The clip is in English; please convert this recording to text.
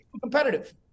competitive